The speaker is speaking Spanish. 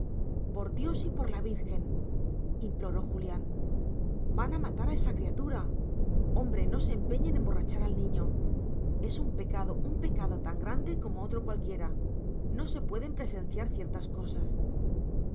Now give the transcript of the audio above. por dios y por la virgen imploró julián van a matar a esa criatura hombre no se empeñe en emborrachar al niño es un pecado un pecado tan grande como otro cualquiera no se pueden presenciar ciertas cosas al